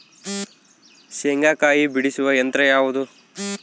ಶೇಂಗಾಕಾಯಿ ಬಿಡಿಸುವ ಯಂತ್ರ ಯಾವುದು?